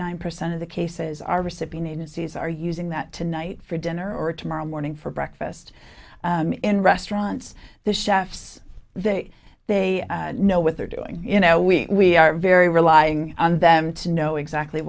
nine percent of the cases are recipient agencies are using that tonight for dinner or tomorrow morning for breakfast in restaurants the chefs there they know what they're doing you know we are very relying on them to know exactly